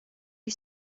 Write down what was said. you